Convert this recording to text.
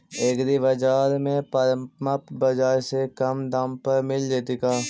एग्रीबाजार में परमप बाजार से कम दाम पर मिल जैतै का?